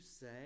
say